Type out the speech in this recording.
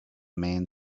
men